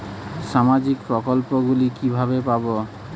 সামাজিক প্রকল্প গুলি কিভাবে পাব?